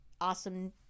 awesome